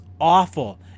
awful